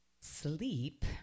Sleep